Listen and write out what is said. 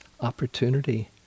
opportunity